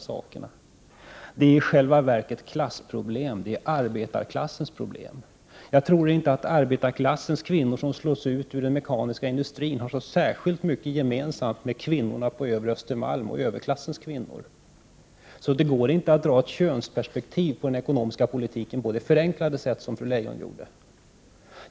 Detta är i själva verket ett klassproblem, arbetarklassens problem. Jag tror inte att de av arbetarklassens kvinnor som slås ut i den mekaniska industrin har så särskilt mycket gemensamt med kvinnorna på övre Östermalm och överklassens kvinnor. Det går alltså inte att se den ekonomiska politiken ur ett könsperspektiv på det förenklade sätt som fru Leijon gjorde.